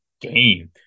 game